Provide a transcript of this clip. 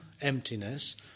emptiness